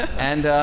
and